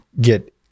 get